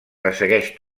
ressegueix